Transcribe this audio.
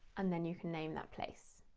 and then you can name that place.